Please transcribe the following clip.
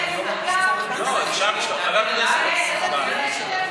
להקמת ועדה משותפת.